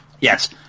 Yes